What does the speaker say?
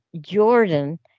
Jordan